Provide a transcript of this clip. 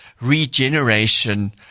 regeneration